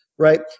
right